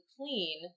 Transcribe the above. clean